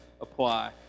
apply